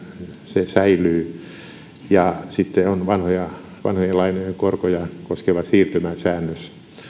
se säilyy ja sitten on vanhojen lainojen korkoja koskeva siirtymäsäännös